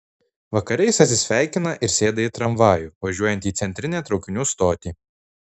vakare jis atsisveikina ir sėda į tramvajų važiuojantį į centrinę traukinių stotį